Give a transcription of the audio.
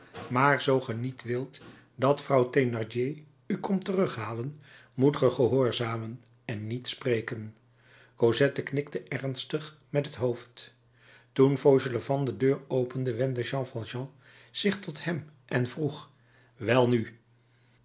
maar zoo ge niet wilt dat vrouw thénardier u komt terughalen moet ge gehoorzamen en niet spreken cosette knikte ernstig met het hoofd toen fauchelevent de deur opende wendde jean valjean zich tot hem en vroeg welnu